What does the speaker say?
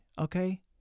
Okay